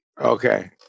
Okay